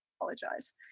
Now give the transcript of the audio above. apologize